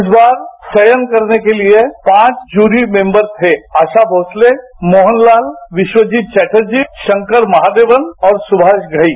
इस बार चयन करने के लिए पांच जूरी मेंबर थे आशा मोंसले मोहन लाल विश्वजीत चौटर्जी शंकर महादेवन और सुमाष घई